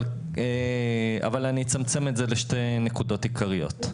אבל אני אצמצם את זה לשתי נקודות עיקריות.